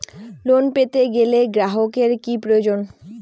Loan পেতে গেলে গ্রাহকের কি প্রয়োজন?